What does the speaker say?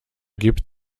gibt